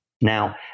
Now